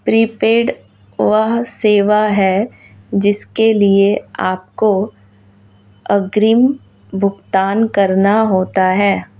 prepaid वह सेवा है जिसके लिए आपको अग्रिम भुगतान करना होता है